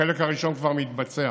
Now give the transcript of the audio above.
החלק הראשון כבר מתבצע,